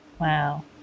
Wow